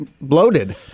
bloated